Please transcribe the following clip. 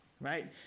right